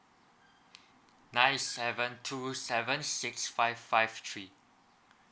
nine seven two seven six five five three